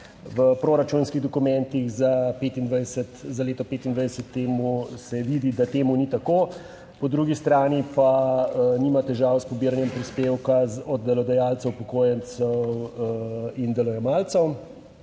V proračunskih dokumentih za 2025, za leto 2025, temu, se vidi, da temu ni tako, po drugi strani pa nima težav s pobiranjem prispevka od delodajalcev, upokojencev in delojemalcev,